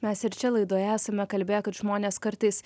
mes ir čia laidoje esame kalbėję kad žmonės kartais